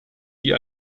die